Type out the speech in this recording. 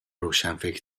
روشنفکر